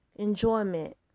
enjoyment